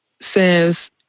says